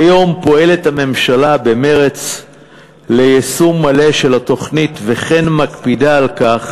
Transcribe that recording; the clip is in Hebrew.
כיום פועלת הממשלה במרץ ליישום מלא של התוכנית וכן מקפידה על כך